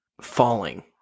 falling